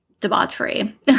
debauchery